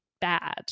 bad